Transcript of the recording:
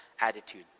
attitude